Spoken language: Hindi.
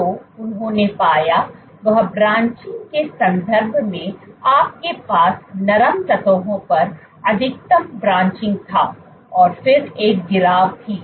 तो उन्होंने पाया वह ब्रांचिंग के संदर्भ में आपके पास नरम सतहों पर अधिकतम ब्रांचिंग था और फिर एक गिराव थी